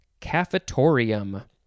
Cafetorium